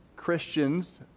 christians